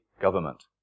government